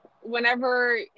whenever